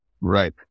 Right